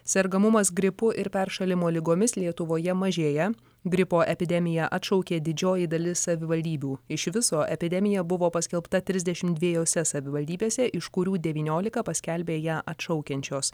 sergamumas gripu ir peršalimo ligomis lietuvoje mažėja gripo epidemiją atšaukė didžioji dalis savivaldybių iš viso epidemija buvo paskelbta trisdešimt dvejose savivaldybėse iš kurių devyniolika paskelbė ją atšaukiančios